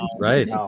Right